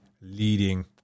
leading